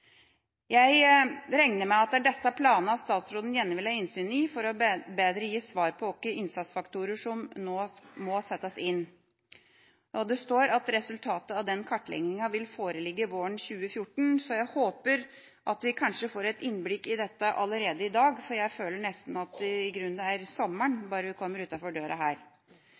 Jeg regner med at det er disse planene statsråden gjerne vil ha innsyn i for bedre å gi svar på hvilke innsatsfaktorer som nå må settes inn. Det står at resultatet av den kartlegginga vil foreligge våren 2014, så jeg håper at vi får et innblikk i dette allerede i dag, for jeg føler i grunnen at det er sommer bare en kommer utenfor døra her.